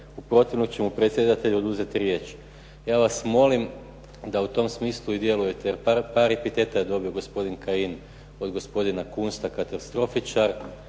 protivnom će mu predsjedatelj oduzeti riječ. Ja vas molim da u tom smislu i djelujete, jer par epiteta je dobio gospodin Kajin, od gospodina Kunsta, katastrofičar,